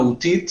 מהותית,